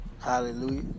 Hallelujah